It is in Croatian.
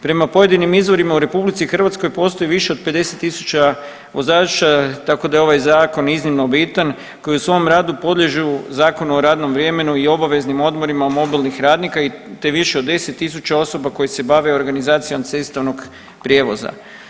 Prema pojedinim izvorima u RH postoji više od 50000 vozača, tako da je ovaj zakon iznimno bitan, koji u svom radu podliježu Zakonu o radnom vremenu i obaveznim odmorima mobilnih radnika, te više od 10 000 osoba koje se bave organizacijom cestovnog prijevoza.